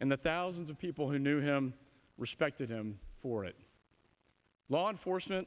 and the thousands of people who knew him respected him for it law enforcement